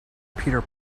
peter